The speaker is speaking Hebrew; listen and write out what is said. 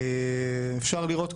אפשר לראות,